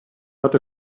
not